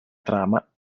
trama